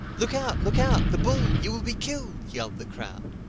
look out! look out the bull! you will be killed! yelled the crowd.